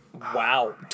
Wow